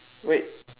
wait